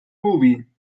movie